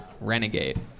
Renegade